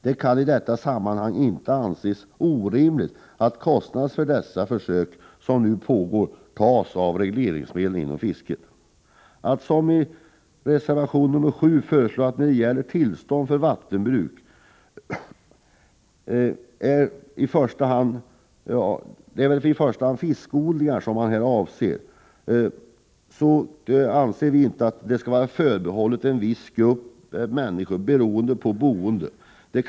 Det kan i detta sammanhang inte anses orimligt att kostnaden för den försöksverksamhet som nu pågår täcks med regleringsmedel inom fisket. I reservation nr 7 lägger man fram förslag rörande tillstånd för vattenbruk. Det är väli första hand fiskodling som avses. Vi anser inte att sådana tillstånd skall vara förbehållna en viss grupp människor, beroende på boendet.